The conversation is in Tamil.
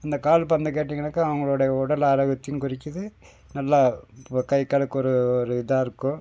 இந்த கால்பந்து கேட்டிங்கனாக்கால் அவங்களோட உடல் ஆரோக்கியத்தையும் குறிக்குது நல்லா இப்போ கைகாலுக்கு ஒரு ஒரு இதாக இருக்கும்